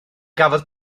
gafodd